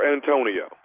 Antonio